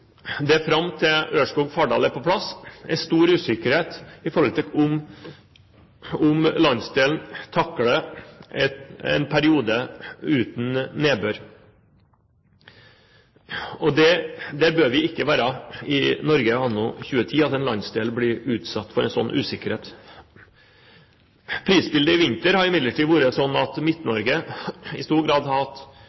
det fram til overføringslinjen Ørskog–Fardal er på plass er stor usikkerhet knyttet til om landsdelen takler en periode uten nedbør. Og det bør ikke være slik i Norge anno 2010 at en landsdel blir utsatt for en sånn usikkerhet. Prisbildet i vinter har imidlertid vært slik at